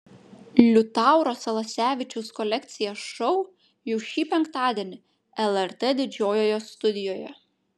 liutauro salasevičiaus kolekcija šou jau šį penktadienį lrt didžiojoje studijoje